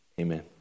Amen